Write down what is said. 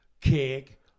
kick